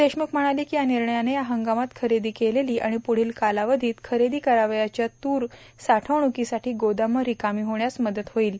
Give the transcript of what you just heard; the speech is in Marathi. देशमुख म्हणाले या निर्णयानं या हंगामात खरेदी केलेली आणि पुढील कालावधीत खरेदी करावयाच्या तूर साठवणुकीसाठी गोदामे रिकामी होण्यास मदत होईल